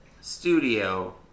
studio